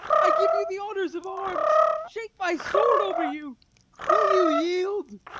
i give you the honour of arms shake my sword over you will you yield?